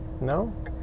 No